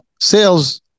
sales